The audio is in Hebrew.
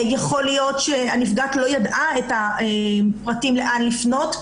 יכול להיות שהנפגעת לא ידעה את הפרטים לאן לפנות,